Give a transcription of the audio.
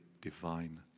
divine